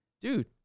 dude